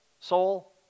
Soul